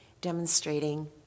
demonstrating